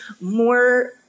more